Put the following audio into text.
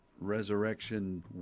resurrection